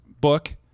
book